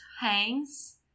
hangs